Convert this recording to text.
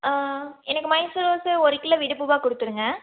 ஆ எனக்கு மைசூர் ரோஸே ஒரு கிலோ விடு பூவாக கொடுத்துடுங்க